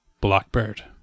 Blackbird